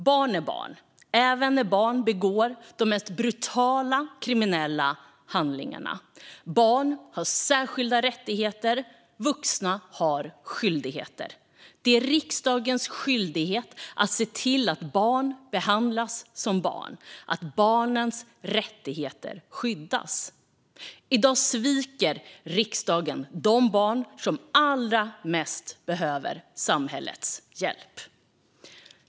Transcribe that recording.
Barn är barn, även när de begår de mest brutala kriminella handlingar. Barn har särskilda rättigheter. Vuxna har skyldigheter. Det är riksdagens skyldighet att se till att barn behandlas som barn och att barnens rättigheter skyddas. I dag sviker riksdagen de barn som allra mest behöver samhällets hjälp.